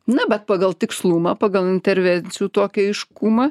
na bet pagal tikslumą pagal intervencijų tokį aiškumą